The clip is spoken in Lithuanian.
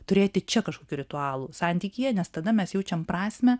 turėti čia kažkokių ritualų santykyje nes tada mes jaučiam prasmę